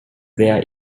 there